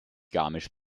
garmisch